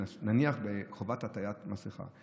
נניח בחובת עטיית מסכה.